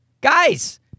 guys